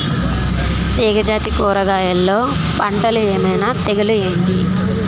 తీగ జాతి కూరగయల్లో పంటలు ఏమైన తెగులు ఏంటి?